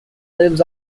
lives